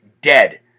dead